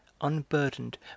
Unburdened